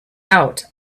out